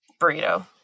burrito